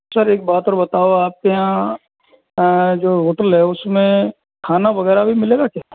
sir एक बात और बताओ आप यहाँ जो होटल है उसमें खाना वगैरह भी मिलेगा क्या